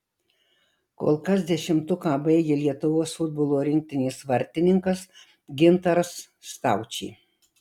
kol kas dešimtuką baigia lietuvos futbolo rinktinės vartininkas gintaras staučė